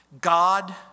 God